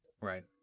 Right